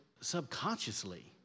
subconsciously